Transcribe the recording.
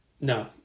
no